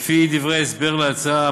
לפי דברי ההסבר להצעה,